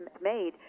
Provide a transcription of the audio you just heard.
made